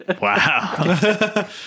Wow